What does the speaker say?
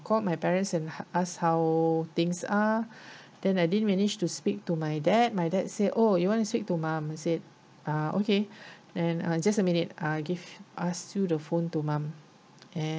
call my parents and ask how things are then I did manage to speak to my dad my dad say oh you want to speak to mom I said uh okay and uh just a minute I give pass you the phone to mom and